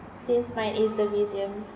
since mine is the museum